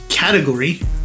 Category